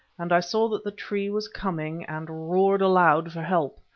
and i saw that the tree was coming, and roared aloud for help.